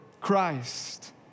Christ